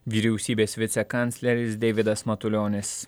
vyriausybės vicekancleris deividas matulionis